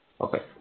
Okay